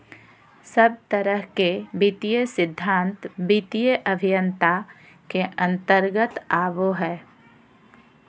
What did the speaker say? सब तरह के वित्तीय सिद्धान्त वित्तीय अभयन्ता के अन्तर्गत आवो हय